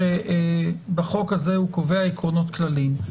החוק הזה קובע עקרונות כלליים.